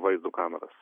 vaizdo kameras